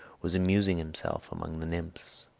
was amusing himself among the nymphs.